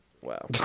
Wow